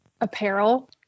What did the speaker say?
apparel